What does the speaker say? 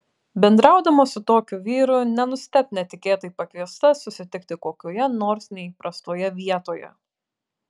bendraudama su tokiu vyru nenustebk netikėtai pakviesta susitikti kokioje nors neįprastoje vietoje